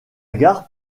gare